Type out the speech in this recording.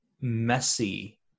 messy